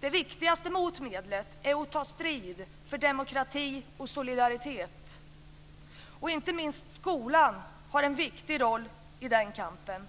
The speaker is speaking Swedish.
Det viktigaste motmedlet är att ta strid för demokrati och solidaritet. Inte minst skolan har en viktig roll i den kampen.